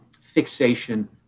fixation